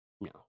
no